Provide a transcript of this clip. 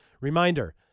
reminder